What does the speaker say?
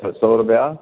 छह सौ रुपिया